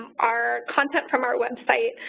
our content from our website,